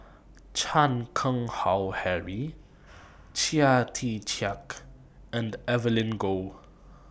Chan Keng Howe Harry Chia Tee Chiak and Evelyn Goh